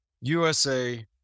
USA